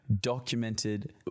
documented